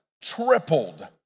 tripled